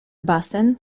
basem